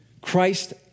Christ